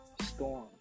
Storm